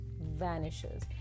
vanishes